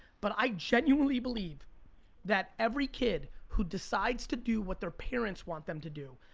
but i genuinely believe that every kid who decides to do what their parents want them to do,